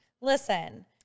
Listen